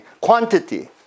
Quantity